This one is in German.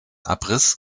abriss